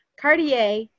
Cartier